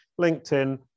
LinkedIn